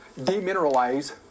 demineralize